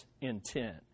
intent